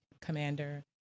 commander